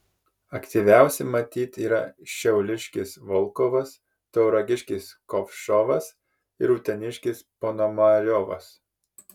aktyviausi matyt yra šiauliškis volkovas tauragiškis kovšovas ir uteniškis ponomariovas